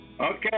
Okay